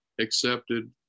accepted